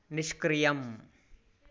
निष्क्रियम्